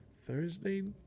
Thursday